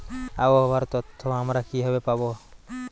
আবহাওয়ার তথ্য আমরা কিভাবে পাব?